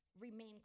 remain